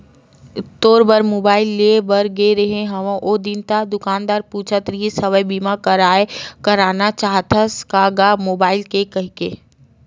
तोर बर मुबाइल लेय बर गे रेहें हव ओ दिन ता दुकानदार पूछत रिहिस हवय बीमा करना चाहथस का गा मुबाइल के कहिके